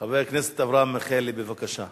חבר הכנסת מיכאלי, בבקשה.